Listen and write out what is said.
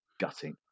gutting